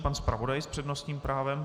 Pan zpravodaj s přednostním právem.